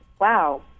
Wow